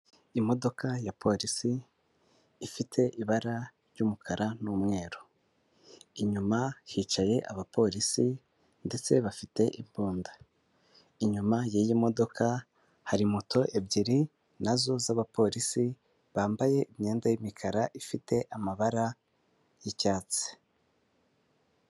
Imodoka ya polisi ifite ibara ry'umukara n'umweru, inyuma hicaye abapolisi ndetse bafite imbunda, inyuma y'iyi modoka hari moto ebyiri nazo z'abapolisi bambaye imyenda y'imikara ifite amabara y'icyatsi.